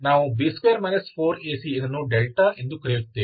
ನಾವು b2 4ac ಇದನ್ನು ∆ ಎಂದು ಕರೆಯುತ್ತೇವೆ